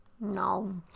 no